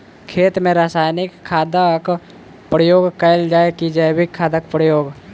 खेत मे रासायनिक खादक प्रयोग कैल जाय की जैविक खादक प्रयोग?